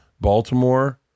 Baltimore